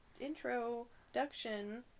introduction